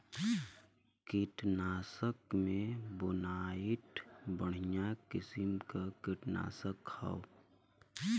कीटनाशक में बोनाइट बढ़िया किसिम क कीटनाशक हौ